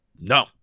no